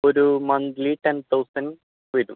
ഒരു monthly ten thousand വരും